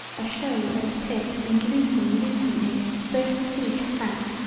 a show at tick and loosen loosen it so to speak sat.